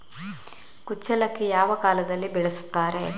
ಕುಚ್ಚಲಕ್ಕಿ ಯಾವ ಕಾಲದಲ್ಲಿ ಬೆಳೆಸುತ್ತಾರೆ?